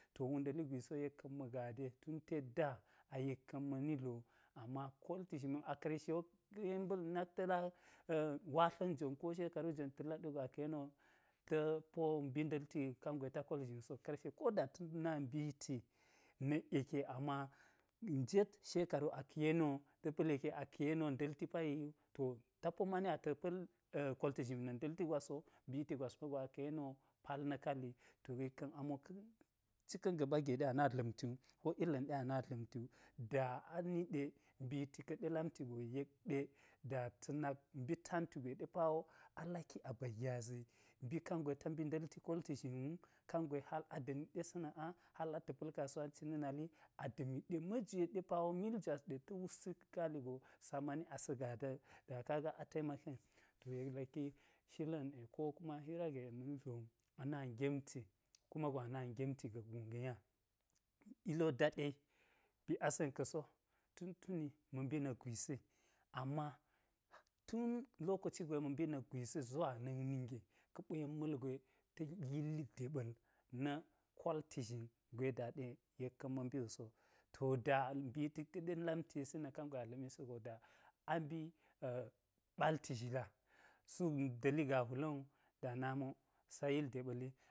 To wunda̱li gwisi wo yek ka̱n ma gade tet da a yek ka̱n ma̱ndlo amma kolti zhin ma karshe wo ka yen ma̱li nak ta̱ la watla̱n jon ko shekaru jon ta̱lat wugo aka̱ yeni wo ta̱ po mbi nda̱lfi kangweto kol zhin so karshe ko da ta̱s na mbiti nak yeke ama njet shekaru aka̱ yeni wo ta pa̱l yeke aka̱ yeni wo nda̱lti payi to ta po mani a ta̱ pa̱l kolti zhimi na̱ nda̱lti gwasso mbiti gwas mago aka̱ yeni wo pal na̱ kal yi to yek ka̱n amo ka̱ cika̱n gaɓa ga̱n ɗe a nima dla̱mti gwu ko ulan ɗe ana dla̱mti wu da ani ɗe mbiti ka̱ɗe lamti go yek ɗe da ta̱ nak mbi tantu gwe ɗe pawo a laki a ba gyazi mbi kangwe ta mbi nda̱lti kolti zhin wu kangwe hal a da̱mit ɗe sana'a hal ata̱ pal kasuwanci na̱ nali a da̱mit ɗe ma̱ we ɗe pawo mil jwas ɗe ta̱ wutsi ka̱ kaali go sa mani asa̱ gadat da kaga ataimake to yek laki shila̱n ɗe ko kuma hira ge ma̱ni dlo ma̱na gemti ko kuma go anima gemti ga̱ guu ga̱ nya ilo wo daɗe wi ba̱ asen ka so tun tuni ma̱ mbi na̱k gwisi ama tun lokoci gwe ma̱ mbi nak gwisi zuwa nak nige ka̱ ɓo yen ma̱lgwe ta̱ yilli deɓa̱l na̱ kolti zhin gwe da yek ka̱n ma̱ mbi wuso to da mbitisi ka̱ɗe lamtisinak kangwe a dlamisi go da a mbi a̱ ɓalti zhila suk nda̱lli gahwula̱n wu da nami wo sa yil deɓal wi